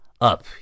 up